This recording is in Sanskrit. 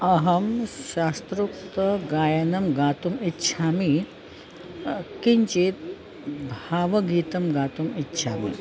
अहं शास्त्रोक्तगायनं गातुम् इच्छामि किञ्चित् भावगीतं गातुम् इच्छामि